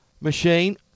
machine